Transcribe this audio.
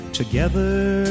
together